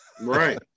Right